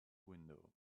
window